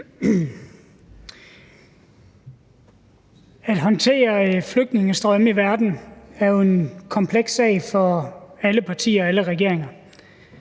At håndtere flygtningestrømme i verden er jo en kompleks sag for alle partier og alle regeringer.